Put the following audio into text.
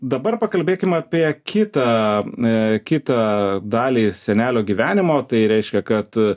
dabar pakalbėkim apie kitą kitą dalį senelio gyvenimo tai reiškia kad